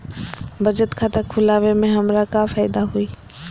बचत खाता खुला वे में हमरा का फायदा हुई?